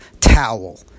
towel